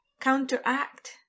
counteract